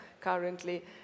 currently